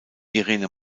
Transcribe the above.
irene